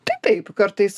tai taip kartais